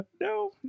no